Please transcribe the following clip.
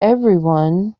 everyone